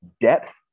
depth